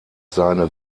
seine